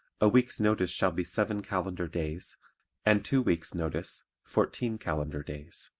a week's notice shall be seven calendar days and two weeks' notice fourteen calendar days.